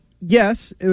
Yes